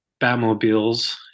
batmobiles